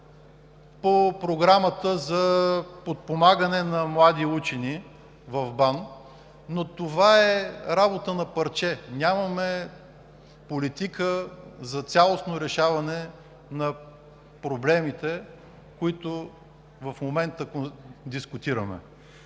по Програмата за подпомагане на млади учени в БАН, но това е работа на парче. Нямаме политика за цялостно решаване на проблемите, които в момента дискутираме,